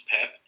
pep